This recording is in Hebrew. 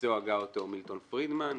שבבסיסו הגה אותו מילטון פרידמן,